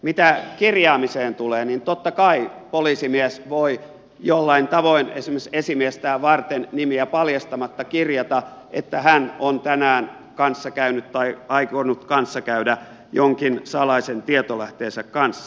mitä kirjaamiseen tulee niin totta kai poliisimies voi jollain tavoin esimerkiksi esimiestään varten nimiä paljastamatta kirjata että hän on tänään kanssakäynyt tai aikonut kanssakäydä jonkin salaisen tietolähteensä kanssa